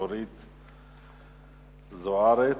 אורית זוארץ.